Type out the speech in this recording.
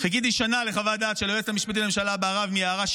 חיכיתי שנה לחוות דעת של היועצת המשפטית לממשלה בהרב מיארה,